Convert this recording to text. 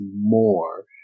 more